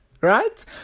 right